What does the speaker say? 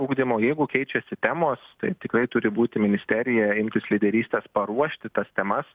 ugdymo jeigu keičiasi temos tai tikrai turi būti ministerija imtis lyderystės paruošti tas temas